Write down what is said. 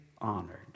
honored